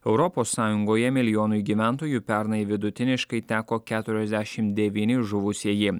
europos sąjungoje milijonui gyventojų pernai vidutiniškai teko keturiasdešimt devyni žuvusieji